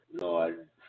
Lord